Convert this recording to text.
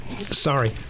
Sorry